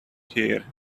here